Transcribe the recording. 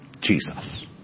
Jesus